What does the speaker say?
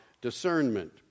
discernment